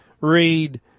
read